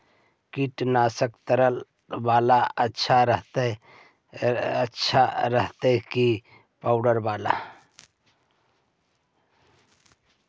कीटनाशक तरल बाला अच्छा रहतै कि पाउडर बाला?